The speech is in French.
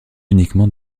uniquement